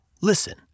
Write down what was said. listen